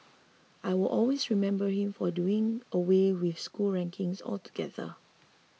I will always remember him for doing away with school rankings altogether